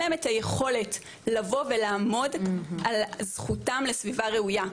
אין להם את היכולת לבוא ולעמוד על זכותם לסביבה ראויה,